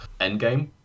Endgame